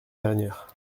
dernière